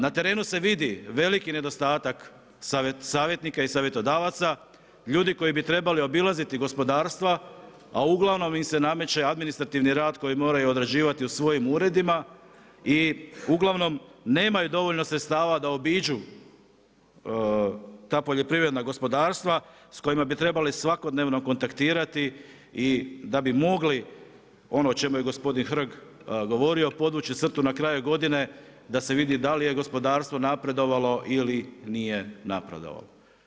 Na terenu se vidi veliki nedostatak savjetnika i savjetodavaca, ljudi koji bi trebali obilaziti gospodarstva, a uglavnom im se nameće administrativni rad koji moraju odrađivati u svojim uredima i u glavnom nemaju dovoljno sredstava da obiđu ta poljoprivredna gospodarstva s kojima bi trebali svakodnevno kontaktirati i da bi mogli ono o čemu ej gospodin Hrg govorio, podvući crtu na kraju godine, da se vidi da li je gospodarstvo napredovalo ili nije napredovalo.